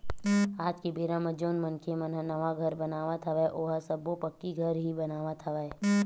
आज के बेरा म जउन मनखे मन ह नवा घर बनावत हवय ओहा सब्बो पक्की घर ही बनावत हवय